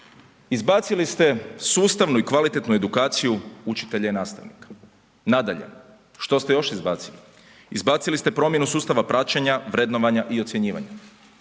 izbacili ste sustavnu i kvalitetnu edukaciju učitelja i nastavnika, nadalje, što ste još izbacili, izbacili ste promjenu sustava praćenja, vrednovanja i ocjenjivanja.